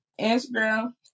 Instagram